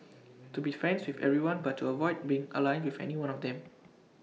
to be friends with everyone but to avoid being aligned with any one of them